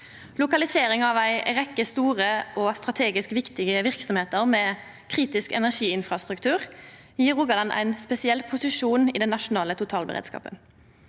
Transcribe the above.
Lokalisering av ei rekkje store og strategisk viktige verksemder med kritisk energiinfrastruktur gjev Rogaland ein spesiell posisjon i den nasjonale totalberedskapen.